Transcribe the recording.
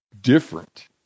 different